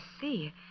see